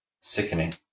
Sickening